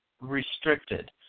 restricted